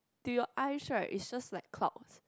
to your eyes right it's just like clouds